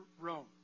Rome